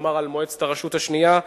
כלומר על מועצת הרשות השנייה,